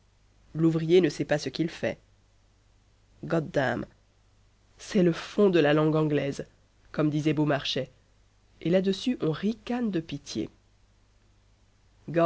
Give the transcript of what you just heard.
l'ouvrier en sait pas ce qu'il fait goddam c'est le fond de la langue anglaise comme disait beaumarchais et là-dessus on ricane de pitié